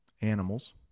animals